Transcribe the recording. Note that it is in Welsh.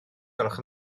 gwelwch